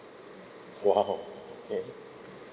!wow! okay